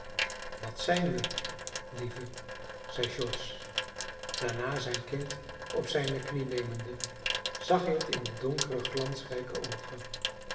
dat zijn wij lieve zeide george daarna zijn kind op zijne knie nemende zag hij het in de donkere glansrijke oogen